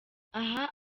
aha